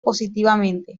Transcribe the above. positivamente